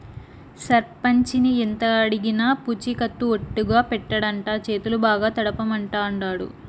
సర్పంచిని ఎంతడిగినా పూచికత్తు ఒట్టిగా పెట్టడంట, చేతులు బాగా తడపమంటాండాడు